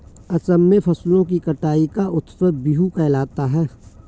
असम में फसलों की कटाई का उत्सव बीहू कहलाता है